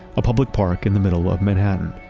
a public park in the middle of manhattan.